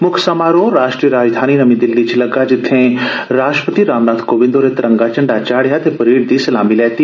मुक्ख समारोह राश्ट्रीय राजधानी नमी दिल्ली च लग्गा जित्थे राश्ट्रपति रामनाथ कोविन्द होरें तरक्षा झा्ठा चापेआ ते परेड दी सलामी लैती